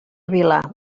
vilar